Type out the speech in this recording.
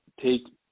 take